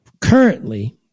currently